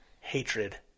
hatred